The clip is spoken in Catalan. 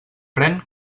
pren